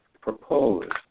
proposed